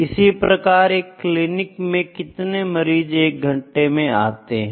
इसी प्रकार एक क्लीनिक में कितने मरीज 1 घंटे में आते हैं